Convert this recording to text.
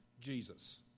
Jesus